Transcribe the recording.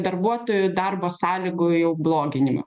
darbuotojų darbo sąlygų jau bloginimą